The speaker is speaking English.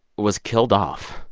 was killed off.